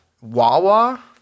Wawa